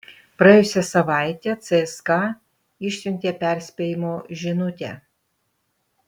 praėjusią savaitę cska išsiuntė perspėjimo žinutę